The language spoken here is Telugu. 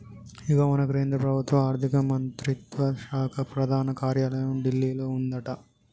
ఇగో మన కేంద్ర ప్రభుత్వ ఆర్థిక మంత్రిత్వ శాఖ ప్రధాన కార్యాలయం ఢిల్లీలో ఉందట